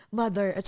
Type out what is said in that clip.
mother